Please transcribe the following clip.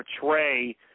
portray